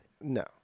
No